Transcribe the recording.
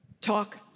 Talk